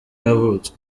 yavutse